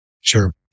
Sure